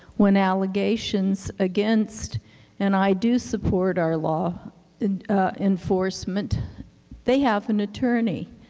when allegations against and i do support our law and enforcement they have an attorney.